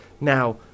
Now